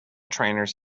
trainers